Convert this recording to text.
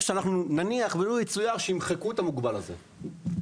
נניח ולו יצויר שימחקו את המוגבל הזה,